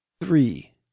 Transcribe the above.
Three